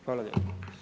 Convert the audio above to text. Hvala lijepo.